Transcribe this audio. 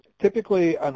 typically